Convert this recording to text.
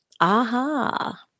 Aha